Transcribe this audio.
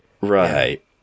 Right